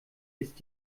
ist